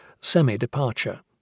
semi-departure